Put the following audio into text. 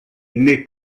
née